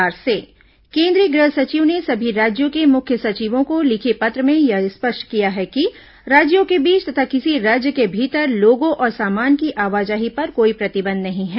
केंद्र राज्य अनलॉक केंद्रीय गृह सचिव ने सभी राज्यों के मुख्य सचिवों को लिखे पत्र में यह स्पष्ट किया है कि राज्यों के बीच तथा किसी राज्य के भीतर लोगों और सामान की आवाजाही पर कोई प्रतिबंध नहीं है